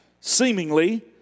seemingly